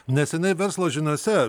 neseniai verslo žiniose